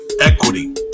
equity